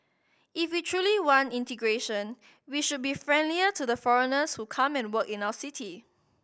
if we truly want integration we should be friendlier to the foreigners who come and work in our city